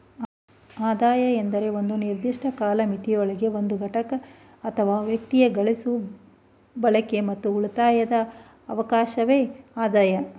ಆದಾಯ ಎಂದ್ರೆ ಒಂದು ನಿರ್ದಿಷ್ಟ ಕಾಲಮಿತಿಯೊಳಗೆ ಒಂದು ಘಟಕ ಅಥವಾ ವ್ಯಕ್ತಿಯು ಗಳಿಸುವ ಬಳಕೆ ಮತ್ತು ಉಳಿತಾಯದ ಅವಕಾಶವೆ ಆದಾಯ